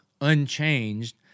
unchanged